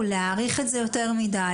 להאריך את זה יותר מדי